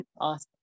Awesome